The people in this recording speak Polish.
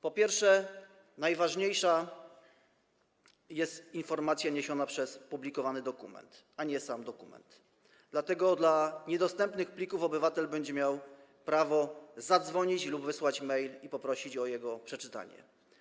Przede wszystkim najważniejsza jest informacja niesiona przez publikowany dokument, a nie sam dokument, dlatego w wypadku niedostępnych plików obywatel będzie miał prawo zadzwonić lub wysłać mail i poprosić o ich przeczytanie.